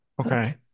Okay